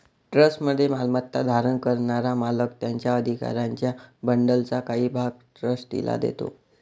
ट्रस्टमध्ये मालमत्ता धारण करणारा मालक त्याच्या अधिकारांच्या बंडलचा काही भाग ट्रस्टीला देतो